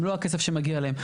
מלוא הכסף שמגיע להם.